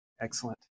Excellent